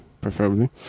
preferably